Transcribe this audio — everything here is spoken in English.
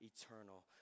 eternal